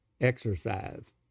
exercise